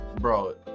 Bro